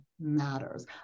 matters